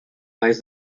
buys